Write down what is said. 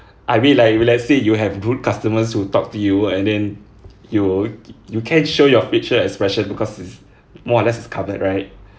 I really like if let's say you have rude customers who talk to you and then you you can't show your facial expression because it's more or less covered right